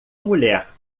mulher